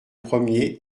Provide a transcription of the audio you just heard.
premier